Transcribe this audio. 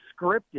scripted